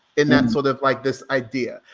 and that sort of like this idea,